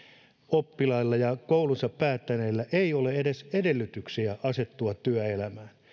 oppilailla ja koulunsa päättäneillä ei ole edes edellytyksiä asettua työelämään